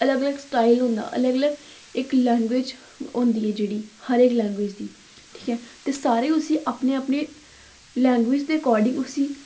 अलग अलग स्टाइल होंदा अलग अलग इक लैंग्वेज होंदी ऐ जेह्ड़ी हर इक लैंग्वेज दी ठीक ऐ ते सारे उसी अपने अपने लैंग्वेज दे एकार्डिंग उसी